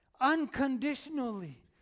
unconditionally